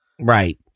right